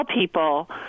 people